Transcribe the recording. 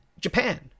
Japan